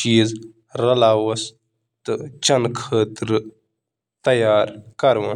Juice, یا دہی۔